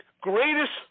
greatest